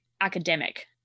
academic